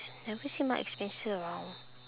never see mark and spencer around